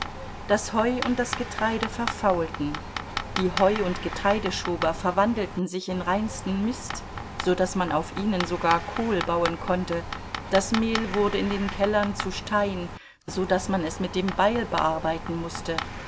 das heu und das getreide verfaulten die heu und getreideschober verwandelten sich in reinsten mist so daß man auf ihnen sogar kohl bauen konnte das mehl wurde in den kellern zu stein so daß man es mit dem beil bearbeiten mußte